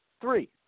three